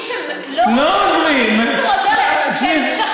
מי שלא רוצה שהבנות יתגייסו עוזר להן.